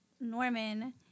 Norman